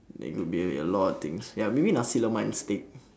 there could be a a lot of things ya maybe nasi lemak and steak